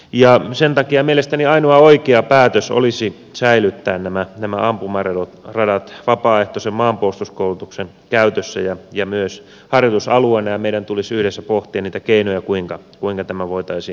ja sen takia mielestäni ainoa oikea päätös olisi säilyttää nämä ampumaradat vapaaehtoisen maanpuolustuskoulutuksen käytössä ja myös harjoitusalueena ja meidän tulisi yhdessä pohtia niitä keinoja kuinka tämä voitaisiin toteuttaa